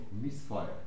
misfire